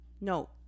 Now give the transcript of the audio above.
No